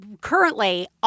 currently